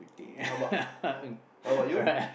um how about how about you